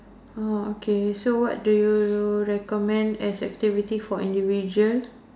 oh okay so what do you you recommend as activity for individual